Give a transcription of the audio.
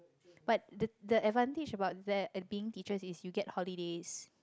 but the the advantage about that being teacher is you get holidays